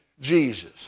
Jesus